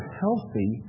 healthy